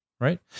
Right